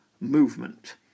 movement